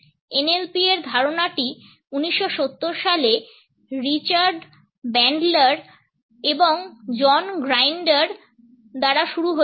NLP এর ধারণাটি 1970 সালে রিচার্ড ব্যান্ডলার এবং জন গ্রাইন্ডার দ্বারা শুরু হয়েছিল